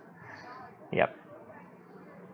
ya